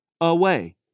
away